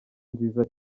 nziza